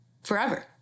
forever